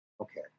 Okay